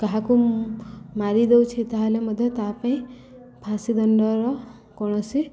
କାହାକୁ ମାରିଦେଉଛି ତାହେଲେ ମଧ୍ୟ ତା ପାଇଁ ଫାସି ଦଣ୍ଡର କୌଣସି